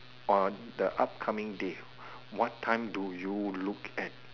on the upcoming day what time do you look at